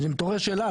אז מתעוררת השאלה,